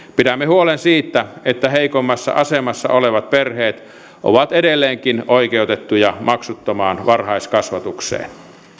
pidämme huolen siitä että heikoimmassa asemassa olevat perheet ovat edelleenkin oikeutettuja maksuttomaan varhaiskasvatukseen